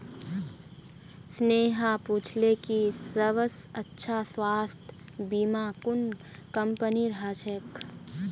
स्नेहा पूछले कि सबस अच्छा स्वास्थ्य बीमा कुन कंपनीर ह छेक